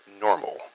normal